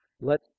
Let